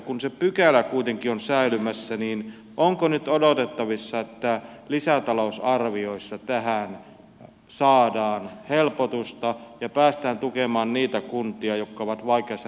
kun se pykälä kuitenkin on säilymässä niin onko nyt odotettavissa että lisätalousarvioissa tähän saadaan helpotusta ja päästään tukemaan niitä kuntia jotka ovat vaikeassa rakennemuutoksen paineessa